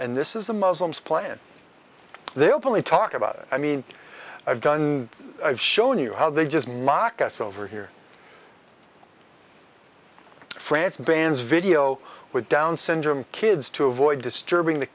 and this is the muslims plan they openly talk about it i mean i've done i've shown you how they just mock us over here france bans video with down syndrome kids to avoid disturbing the